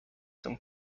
some